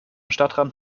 stadtrand